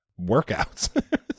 workouts